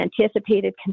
anticipated